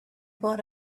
bought